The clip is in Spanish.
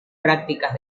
prácticas